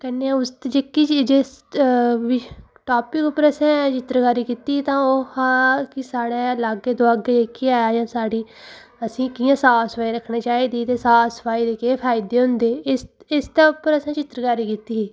कन्नै उसदी जेह्की चीज़ जिस बी टापक उप्पर असें चित्रकारी कीती ही तां ओह् हा कि साढ़ै लागै दुआगै जेह्की ऐ एह् साढ़ी असें कियां साफ सफाई रक्खनी चाहि्दी ते सफाई दे केह् फायदे होंदे इस इसदे उप्पर असें चित्रकारी कीती ही